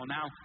Now